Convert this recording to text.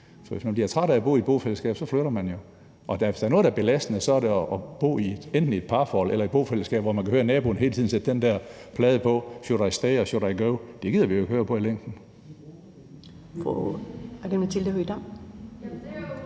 man bliver træt af at bo i et bofællesskab, flytter man jo. Og hvis der er noget, der er belastende, så er det enten at være i et parforhold eller bo i et bofællesskab, hvor man hele tiden kan høre naboen sætte den der plade på: »Should I Stay or Should I Go«. Det gider vi jo ikke høre på i længden.